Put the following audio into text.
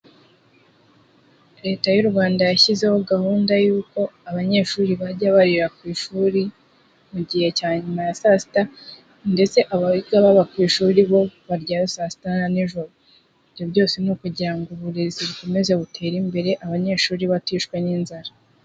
Leta y'u Rwanda yashyizeho gahunda y'uko abanyeshuri bajya baririra ku ishuri, mu gihe cya nyuma ya saa sita, ndetse abiga baba ku ishuri bo, barya yo saa sita nijoro. Ibyo byose ni ukugira ngo uburezi bukomeze butere imbere, abanyeshuri baticwa n'inzara.